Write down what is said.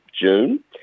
June